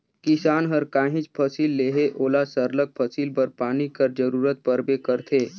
किसान हर काहींच फसिल लेहे ओला सरलग फसिल बर पानी कर जरूरत परबे करथे